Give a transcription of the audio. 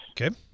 okay